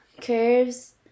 curves